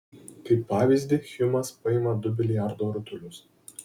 kaip pavyzdį hjumas paima du biliardo rutulius